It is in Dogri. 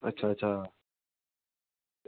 अच्छा अच्छा